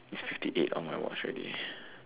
it's fifty eight on my watch already